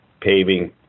paving